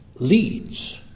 leads